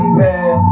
man